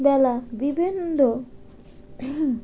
বেলা বিভিন্ন